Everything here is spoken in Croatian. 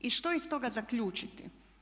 I što iz toga zaključiti?